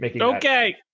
Okay